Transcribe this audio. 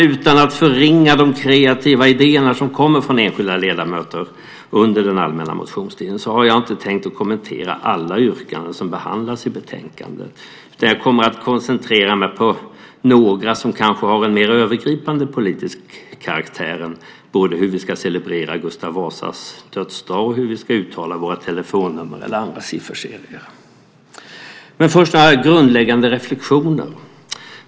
Utan att förringa de kreativa idéer som kommer från enskilda ledamöter under den allmänna motionstiden, fru talman, har jag inte tänkt kommentera alla yrkanden som behandlas i betänkandet. Jag kommer att koncentrera mig på några som kanske har en mer övergripande politisk karaktär än både hur vi ska celebrera Gustav Vasas dödsdag och hur vi ska uttala våra telefonnummer eller andra sifferserier. Först vill jag dock göra några grundläggande reflexioner.